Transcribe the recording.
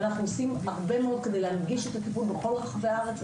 אנחנו עושים הרבה מאוד כדי להנגיש את הטיפול בכל רחבי הארץ.